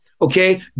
okay